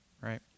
right